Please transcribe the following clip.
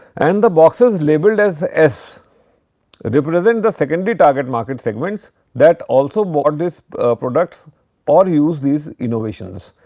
and the boxes labeled as s represent the secondary target market segments that also bought this products or use these innovations.